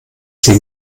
sie